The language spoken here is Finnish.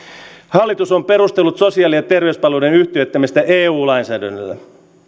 hallitus on perustellut sosiaali ja terveyspalveluiden yhtiöittämistä eu lainsäädännöllä